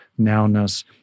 nowness